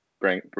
bring